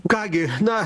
ką gi na